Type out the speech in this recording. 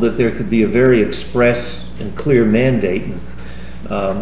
that there could be a very express and clear mandate